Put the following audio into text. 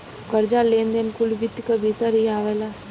कर्जा, लेन देन कुल वित्त क भीतर ही आवला